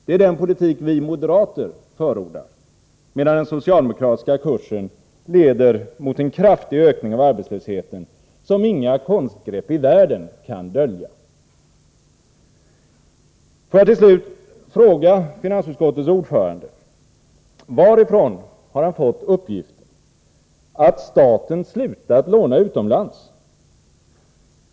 Det är denna politik vi moderater förordar, medan den socialdemokratiska kursen leder till en kraftig ökning av arbetslösheten, som inga konstgreppi världen kan dölja. Får jag till slut fråga finansutskottets ordförande: Varifrån har Arne Gadd fått uppgiften att staten slutat låna utomlands?